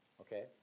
okay